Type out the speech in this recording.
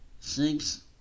six